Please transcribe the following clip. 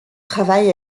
travail